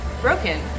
broken